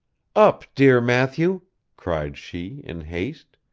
up, dear matthew cried she, in haste.